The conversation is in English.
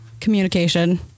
Communication